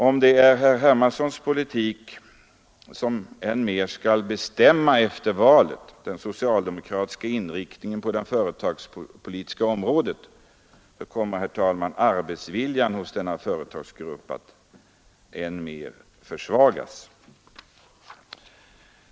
Om herr Hermanssons politik efter valet skall än mer bestämma den socialdemokratiska inriktningen på det företagspolitiska området så kommer, herr talman, arbetsviljan hos denna företagargrupp att än mer försvagas.